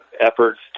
efforts